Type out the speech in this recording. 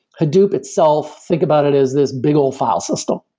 hadoop itself think about it as this big old file system.